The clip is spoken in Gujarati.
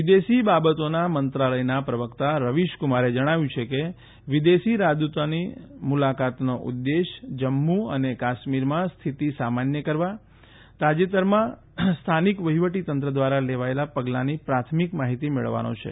વિદેશી બાબતોના મંત્રાલયના પ્રવક્તા રવિશકુમારે જણાવ્યું કે વિદેશી રાજદુતોની મુલાકાતનો ઉદ્દેશ્ય જમ્મુ અને કાશ્મીરમાં સ્થિતિ સામાન્ય કરવા તાજેતરમાં સ્થાનિક વહિવટી તંત્ર દ્વારા લેવાયેલા પગલાની પ્રાથમિક માહિતી મેળવવાનો છે